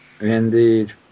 Indeed